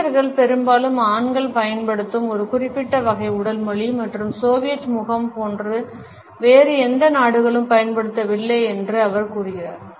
ரஷ்யர்கள் பெரும்பாலும் ஆண்கள் பயன்படுத்தும் ஒரு குறிப்பிட்ட வகை உடல் மொழி மற்றும் சோவியத் முகம் போன்று வேறு எந்த நாடுகளும் பயன்படுத்தவில்லை என்று அவர் கூறினார்